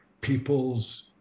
people's